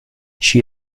she